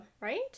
right